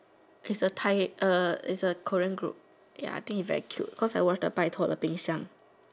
is a Thai uh is a Korean group ya I think is very cute cause I watch the 拜托了冰箱